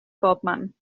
bobman